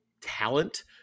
talent